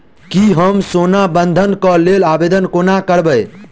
की हम सोना बंधन कऽ लेल आवेदन कोना करबै?